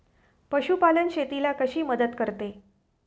पशुपालन शेतीला कशी मदत करते?